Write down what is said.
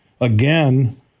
again